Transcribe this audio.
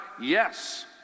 yes